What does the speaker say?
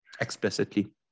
explicitly